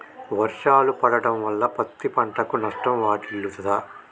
వర్షాలు పడటం వల్ల పత్తి పంటకు నష్టం వాటిల్లుతదా?